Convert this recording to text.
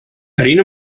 tenint